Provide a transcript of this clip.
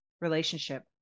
relationship